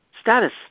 status